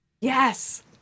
Yes